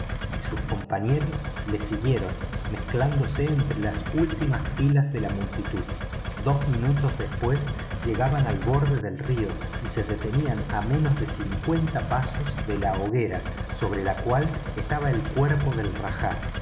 y sus compañeros lo siguieron mezclándose entre las últimas filas de la multitud dos minutos después llegaban al borde del río y se detenían a menos de cincuenta pasos de la hoguera sobre la cual estaba el cuerpo del rajá